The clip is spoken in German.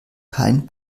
kein